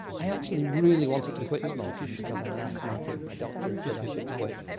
i actually really wanted to quit smoking because i'm an asthmatic, my doctor had said i should quit,